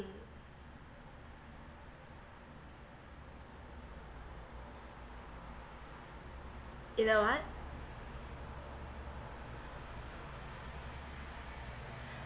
in a what